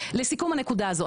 לסיכום הנקודה הזו,